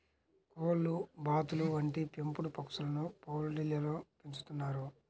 కోళ్లు, బాతులు వంటి పెంపుడు పక్షులను పౌల్ట్రీలలో పెంచుతున్నారు